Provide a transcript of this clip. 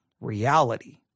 reality